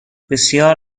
بسیار